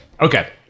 Okay